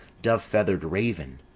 dove-feather'd raven!